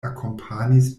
akompanis